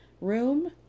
Room